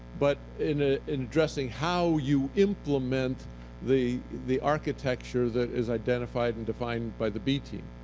but in ah addressing how you implement the the architecture that is identified and defined by the b team.